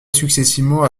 successivement